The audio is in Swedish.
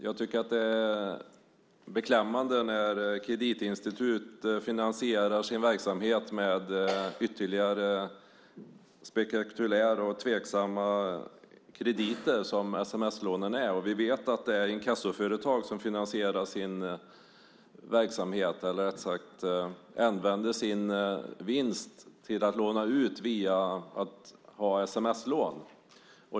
Jag tycker att det är beklämmande när kreditinstitut finansierar sin verksamhet med ytterligare spektakulära och tveksamma krediter, som sms-lånen är. Vi vet att det finns inkassoföretag som finansierar sin verksamhet, eller rättare sagt använder sin vinst till utlåning, via sms-lån.